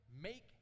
make